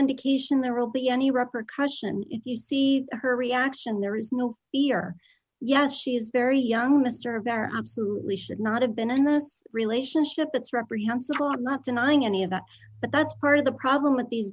indication there will be any repercussions if you see her reaction there is no fear yes she's very young mr of there absolutely should not have been in this relationship it's reprehensible not not denying any of that but that's part of the problem with these